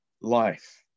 life